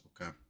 okay